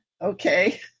Okay